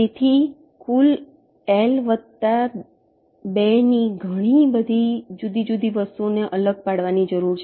તેથી કુલ L વત્તા 2 ની ઘણી બધી જુદી જુદી વસ્તુઓને અલગ પાડવાની જરૂર છે